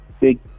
Big